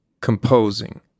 composing